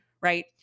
right